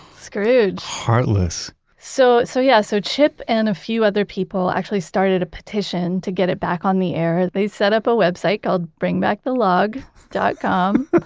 scrooge heartless so, so yeah. so chip and a few other people actually started a petition to get it back on the air. they set up a website called bringbackthelog dot com,